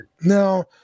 Now